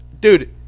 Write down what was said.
Dude